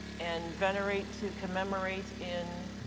and venerate to commemorate in